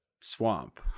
swamp